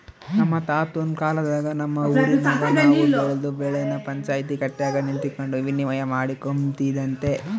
ನಮ್ ತಾತುನ್ ಕಾಲದಾಗ ನಮ್ ಊರಿನಾಗ ಅವ್ರು ಬೆಳ್ದ್ ಬೆಳೆನ ಪಂಚಾಯ್ತಿ ಕಟ್ಯಾಗ ನಿಂತಕಂಡು ವಿನಿಮಯ ಮಾಡಿಕೊಂಬ್ತಿದ್ರಂತೆ